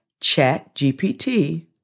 ChatGPT